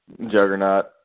Juggernaut